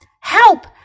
help